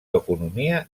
economia